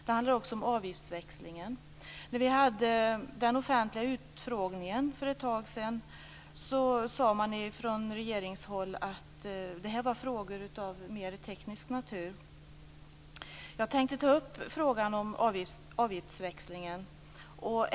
Det handlar också om avgiftsväxlingen. När vi hade den offentliga utfrågningen för ett tag sedan sade man från regeringshåll att det här var frågor av mer teknisk natur. Jag tänker ta upp frågan om avgiftsväxlingen.